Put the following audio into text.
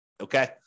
Okay